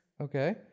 Okay